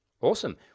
Awesome